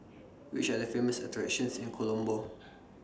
Which Are The Famous attractions in Colombo